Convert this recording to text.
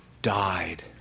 Died